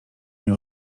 nie